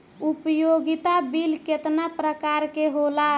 उपयोगिता बिल केतना प्रकार के होला?